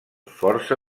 força